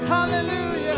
Hallelujah